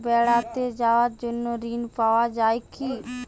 বেড়াতে যাওয়ার জন্য ঋণ পাওয়া যায় কি?